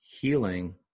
healing